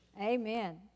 Amen